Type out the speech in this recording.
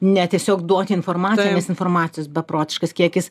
ne tiesiog duoti informaciją nes informacijos beprotiškas kiekis